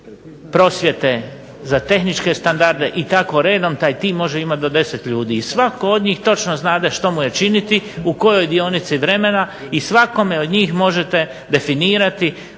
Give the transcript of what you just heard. prosvjete, za tehničke standarde i tako redom. Taj tim može imati do 10 ljudi i svatko od njih točno zna što mu je činiti, u kojoj dionici vremena i svakome od njih možete definirati